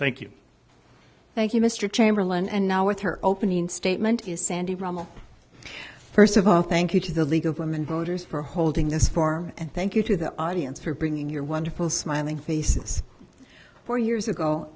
thank you thank you mr chamberlain and now with her opening statement is sandy rummel first of all thank you to the league of women voters for holding this farm and thank you to the audience for bringing your wonderful smiling faces four years ago